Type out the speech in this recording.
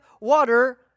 water